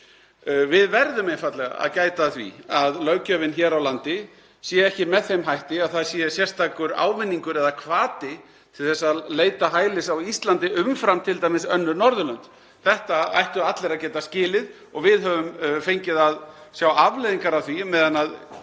Við verðum einfaldlega að gæta að því að löggjöfin hér á landi sé ekki með þeim hætti að það sé sérstakur ávinningur eða hvati til að leita hælis á Íslandi umfram t.d. önnur Norðurlönd. Þetta ættu allir að geta skilið og við höfum fengið að sjá afleiðingar af því meðan